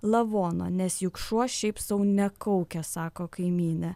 lavono nes juk šuo šiaip sau nekaukia sako kaimynė